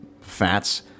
fats